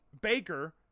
Baker